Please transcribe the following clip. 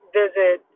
visit